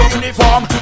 uniform